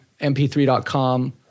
mp3.com